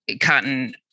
cotton